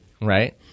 right